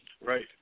Right